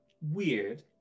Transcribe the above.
weird